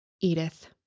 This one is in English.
Edith